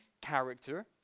character